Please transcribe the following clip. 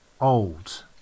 old